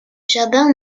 jardin